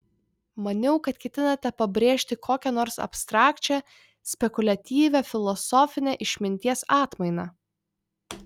maniau kad ketinate pabrėžti kokią nors abstrakčią spekuliatyvią filosofinę išminties atmainą